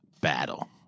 battle